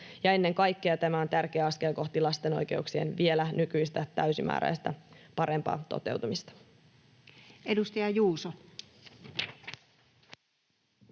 Ennen kaikkea tämä on tärkeä askel kohti lasten oikeuksien vielä nykyistä täysimääräisempää ja parempaa toteutumista. [Speech 181]